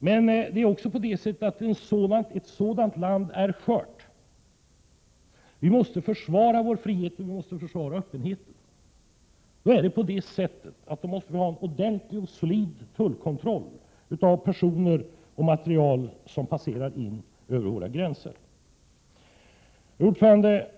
Men ett sådant land är skört; vi måste försvara vår frihet och öppenhet. Därför måste det göras en ordentlig och solid tullkontroll av personer och material som passerar in över våra gränser. Herr talman!